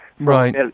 Right